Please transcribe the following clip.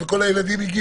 והם התפזרו